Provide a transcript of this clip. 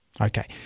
Okay